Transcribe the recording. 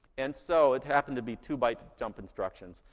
and so it happened to be two-byte jump instructions.